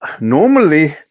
normally